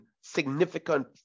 significant